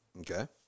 Okay